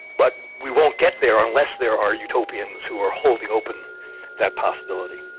but we won't get there unless there are utopians who are holding open that possibility.